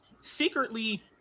Secretly-